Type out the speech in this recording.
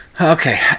Okay